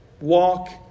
walk